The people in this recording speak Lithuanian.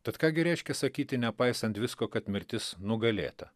tad ką gi reiškia sakyti nepaisant visko kad mirtis nugalėta